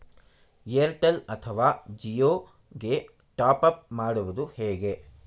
Airtel ಅಥವಾ ಜಿಯೊ ಗೆ top up ಮಾಡುವುದು ಹೇಗೆ?